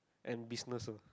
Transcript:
and business oh